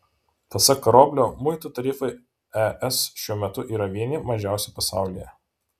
pasak karoblio muitų tarifai es šiuo metu yra vieni mažiausių pasaulyje